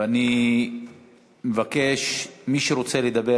ואני מבקש: מי שרוצה לדבר,